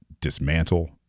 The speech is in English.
dismantle